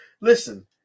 listen